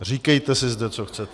Říkejte si zde, co chcete.